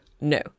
No